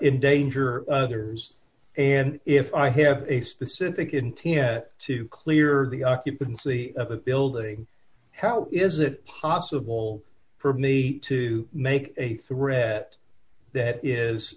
endanger others and if i have a specific interior to clear the occupancy of a building how is it possible for me to make a threat that is